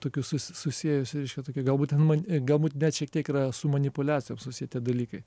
tokiu su susiejusi reiškia tokia galbūt ten man galbūt net šiek tiek yra su manipuliacijom susieti dalykai